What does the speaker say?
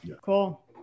Cool